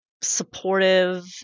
supportive